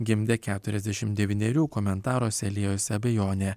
gimdė keturiasdešimt devynerių komentaruose liejosi abejonė